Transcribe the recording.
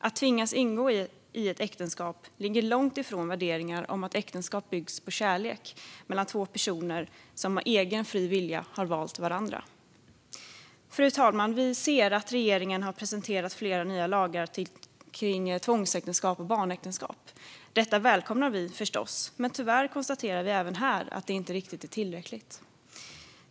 Att tvingas ingå ett äktenskap ligger långt ifrån värderingar om att äktenskap bygger på kärlek mellan två personer som av egen fri vilja har valt varandra. Fru talman! Regeringen har presenterat flera nya lagar kring tvångsäktenskap och barnäktenskap. Detta välkomnar vi förstås, men tyvärr konstaterar vi även här att det inte är riktigt tillräckligt.